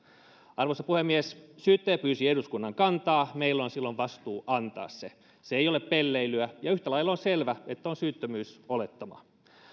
arvoisa puhemies syyttäjä pyysi eduskunnan kantaa meillä on silloin vastuu antaa se se ei ole pelleilyä ja yhtä lailla on selvää että on syyttömyysolettama